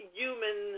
human